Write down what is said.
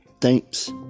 Thanks